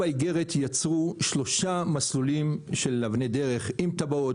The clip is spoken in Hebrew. באגרת יצרו שלושה מסלולים של אבני דרך עם תב"עות,